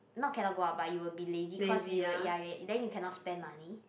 not cannot go out but you will be lazy cause you will ya ya then you cannot spend money